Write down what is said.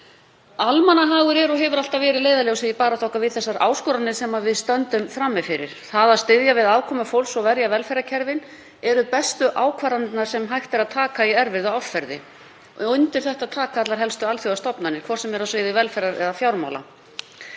Almannahagur er og hefur alltaf verið leiðarljósið í baráttu okkar við þessar áskoranir sem við stöndum frammi fyrir. Það að styðja við afkomu fólks og verja velferðarkerfin eru bestu ákvarðanirnar sem hægt er að taka í erfiðu árferði. Undir þetta taka allar helstu alþjóðastofnanir, hvort sem er á sviði velferðar eða fjármála.